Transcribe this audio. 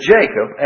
Jacob